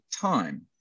time